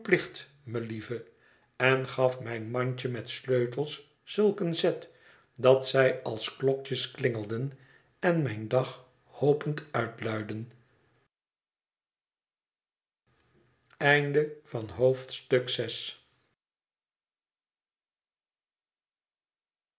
plicht melievet en gaf mijn mandje met sleutels zulk een zet dat zij als klokjes klingelden en mijn dag hopend uitluidden